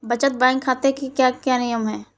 बचत बैंक खाते के क्या क्या नियम हैं?